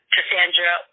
Cassandra